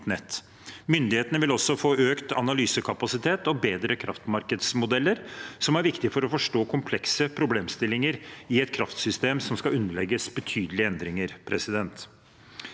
Myndighetene vil også få økt analysekapasitet og bedre kraftmarkedsmodeller, noe som er viktig for å forstå komplekse problemstillinger i et kraftsystem som skal underlegges betydelige endringer.